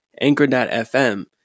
Anchor.fm